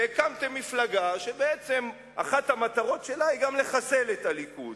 והקמתם מפלגה שבעצם אחת המטרות שלה היא גם לחסל את הליכוד.